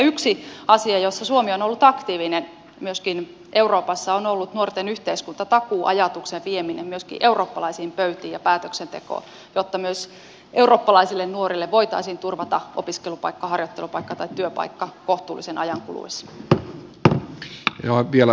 yksi asia jossa suomi on ollut aktiivinen myöskin euroopassa on ollut nuorten yhteiskuntatakuu ajatuksen vieminen myöskin eurooppalaisiin pöytiin ja päätöksentekoon jotta myös eurooppalaisille nuorille voitaisiin turvata opiskelupaikka harjoittelupaikka tai työpaikka kohtuullisen ajan kuluessa